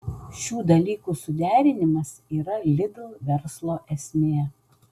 šių dalykų suderinimas yra lidl verslo esmė